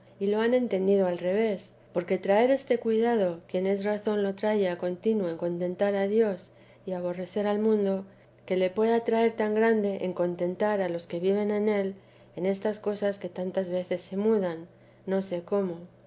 y lo han entendido al revés porque traer este cuidado quien es razón lo íraya contino en contentar a dios y aborrecer el mundo que le pueda traer tan grande en contentar a los que viven en él en estas cosas que tantas veces se mudan no sé cómo